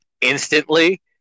instantly